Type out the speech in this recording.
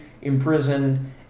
imprisoned